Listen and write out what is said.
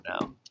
now